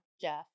Jeff